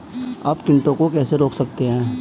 आप कीटों को कैसे रोक सकते हैं?